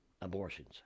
abortions